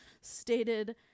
Stated